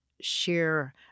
share